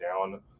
down